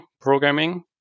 programming